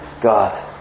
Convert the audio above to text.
God